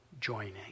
joining